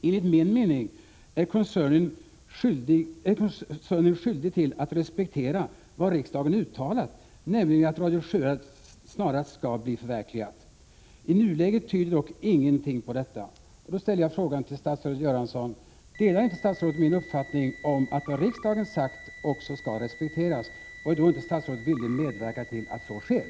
Enligt min mening är koncernen skyldig att respektera vad riksdagen har uttalat, nämligen att ett självständigt Radio Sjuhärad snarast skall förverkligas. I nuläget finns det dock ingenting som tyder på att så kommer att ske. Därför ställer jag frågan till statsrådet Göransson: Delar statsrådet min uppfattning att vad riksdagen har uttalat också skall respekteras, och är statsrådet i så fall villig att medverka till att så sker?